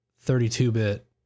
32-bit